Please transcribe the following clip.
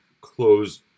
close